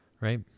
right